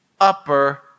upper